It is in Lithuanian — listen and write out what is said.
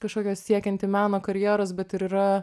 kažkokios siekianti meno karjeros bet ir yra